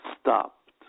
stopped